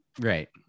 Right